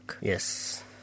Yes